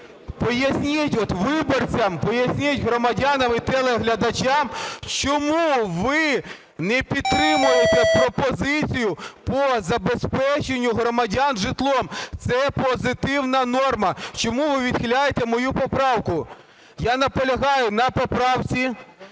Поясніть виборцям, поясніть громадянам і телеглядачам, чому ви не підтримуєте пропозицію по забезпеченню громадян житлом? Це позитивна норма. Чому ви відхиляєте мою поправку? Я наполягаю на поправці,